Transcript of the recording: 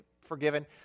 forgiven